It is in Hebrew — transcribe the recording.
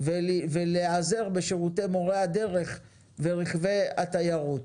ולהיעזר בשירותי מורי הדרך ורכבי התיירות.